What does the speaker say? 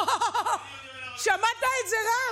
אהה, שמעת את זה, רם?